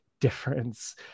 difference